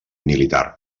militar